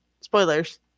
Spoilers